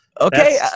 okay